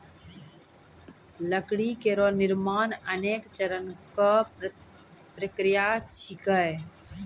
लकड़ी केरो निर्माण अनेक चरण क प्रक्रिया छिकै